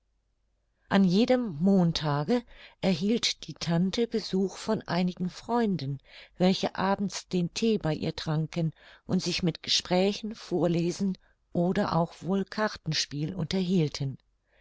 an jedem montage erhielt die tante besuch von einigen freunden welche abends den thee bei ihr tranken und sich mit gesprächen vorlesen oder auch wohl kartenspiel unterhielten